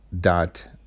dot